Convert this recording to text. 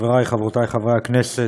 חברי וחברותי חברי הכנסת,